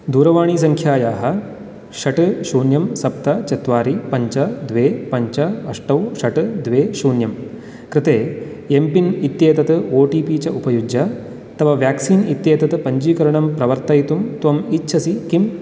दूरवाणीसङ्ख्यायाः षट् शून्यं सप्त चत्वारि पञ्च द्वे पञ्च अष्टौ षट् द्वे शून्यं कृते एम्पिन् इत्येतत् ओ टि पी च उपयुज्य तव व्याक्सीन् इत्येतत् पञ्चीकरणं प्रवर्तयितुं त्वम् इच्छसि किम्